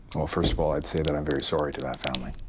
well, first of all, i'd say that i'm very sorry to that family.